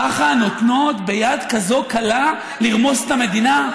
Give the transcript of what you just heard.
ככה נותנות ביד כזו קלה לרמוס את המדינה?